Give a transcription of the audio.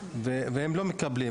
והם לא מקבלים.